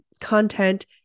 content